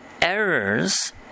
errors